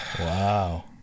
Wow